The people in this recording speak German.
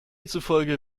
zufolge